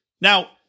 Now